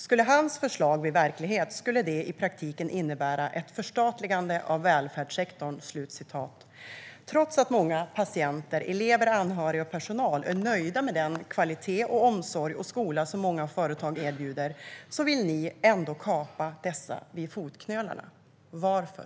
Skulle hans förslag bli verklighet skulle det i praktiken innebära ett förstatligande av välfärdssektorn." Trots att många patienter, elever och anhöriga och personal är nöjda med den kvalitet, omsorg och skola som många företag erbjuder vill ni ändå kapa dessa vid fotknölarna. Varför?